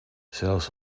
zelfs